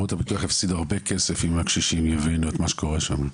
חברות הביטוח יפסידו הרבה כסף אם הקשישים יבינו את מה שקורה שם.